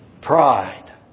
pride